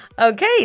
Okay